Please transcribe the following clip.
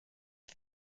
die